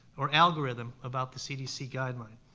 or algorithm about the cdc guideline.